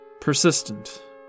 persistent